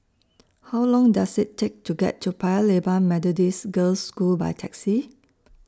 How Long Does IT Take to get to Paya Lebar Methodist Girls' School By Taxi